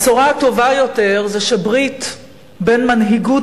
הבשורה הטובה יותר היא שברית של מנהיגות